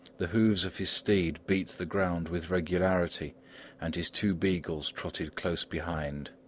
the hoofs of his steed beat the ground with regularity and his two beagles trotted close behind.